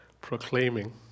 proclaiming